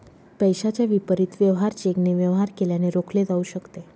पैशाच्या विपरीत वेवहार चेकने वेवहार केल्याने रोखले जाऊ शकते